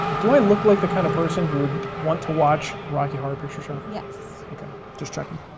do i look like the kind of person who would want to watch rocky horror picture show? yes. okay, just checking.